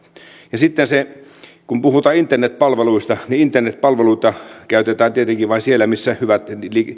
ja sitten se kun puhutaan internetpalveluista internetpalveluita käytetään tietenkin vain siellä missä on hyvät